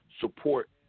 support